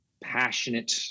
passionate